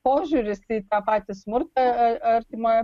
požiūris į tą patį smurtą artimoje